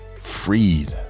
freed